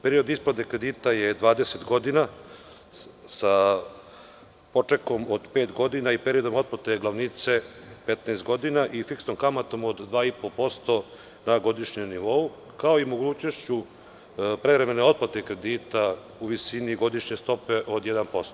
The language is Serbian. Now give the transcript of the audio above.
Period isplate kredita je 20 godina sa počekom od pet godina i periodom otplate glavnice 15 godina i fiksnom kamatom od 2,5% na godišnjem nivou, kao i mogućnošću prevremene otplate kredita u visini godišnje stope od 1%